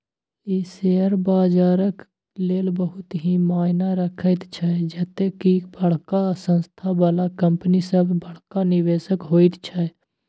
ई share बजारक लेल बहुत ही मायना रखैत छै जते की बड़का संस्था बला कंपनी सब बड़का निवेशक होइत छै